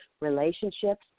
relationships